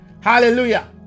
hallelujah